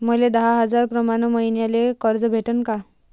मले दहा हजार प्रमाण मईन्याले कर्ज भेटन का?